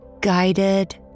guided